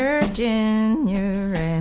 Virginia